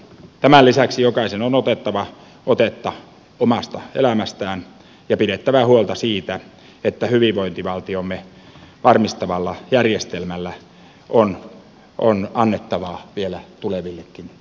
tämän lisäksi jokaisen on otettava otetta omasta elämästään ja pidettävä huolta siitä että hyvinvointivaltiomme varmistavalla järjestelmällä on annettavaa vielä tulevillekin sukupolville